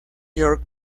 york